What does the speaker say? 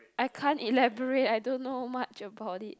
I can't elaborate I don't know much about it